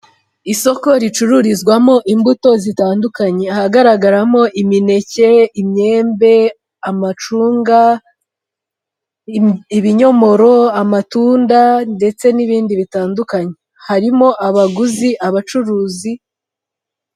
Isoko ricururizwamo imbuto zitandukanye ahagaragaramo imineke, imyembe, amacunga, ibinyomoro, amatunda ndetse n'ibindi bitandukanye harimo abaguzi, abacuruzi,....